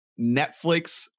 Netflix